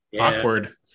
awkward